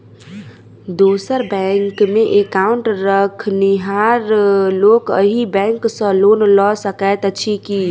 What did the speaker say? दोसर बैंकमे एकाउन्ट रखनिहार लोक अहि बैंक सँ लोन लऽ सकैत अछि की?